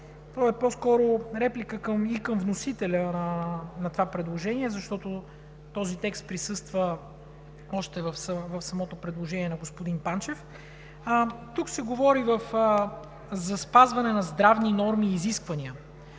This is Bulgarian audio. той е по-скоро реплика и към вносителя на това предложение, защото този текст присъства още в самото предложение на господин Панчев. Тук се говори за спазване на здравни норми и изисквания.